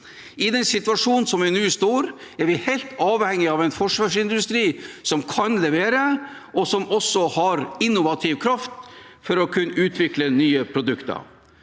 I den situasjonen vi nå står i, er vi helt avhengige av en forsvarsindustri som kan levere, og som også har innovativ kraft til å kunne utvikle nye produkter.